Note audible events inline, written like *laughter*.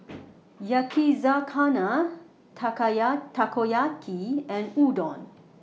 *noise* Yakizakana *unintelligible* Takoyaki and Udon